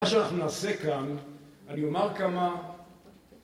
מה שאנחנו נעשה כאן, אני אומר כמה